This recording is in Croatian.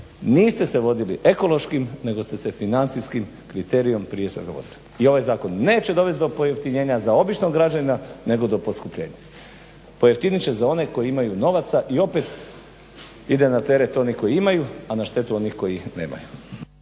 niste se vodili ekološkim nego ste se financijskim kriterijem prije svega vodili. I ovaj zakon neće dovesti do pojeftinjenja za običnog građanina nego do poskupljenja. Pojeftinit će za one koji imaju novaca i opet ide na teret onih koji imaju, a na štetu onih koji nemaju.